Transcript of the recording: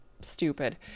stupid